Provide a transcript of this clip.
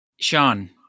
sean